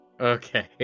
okay